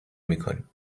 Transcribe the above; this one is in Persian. میکنیم